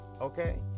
okay